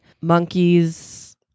monkeys